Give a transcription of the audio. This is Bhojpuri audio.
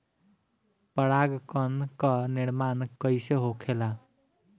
पराग कण क निर्माण कइसे होखेला?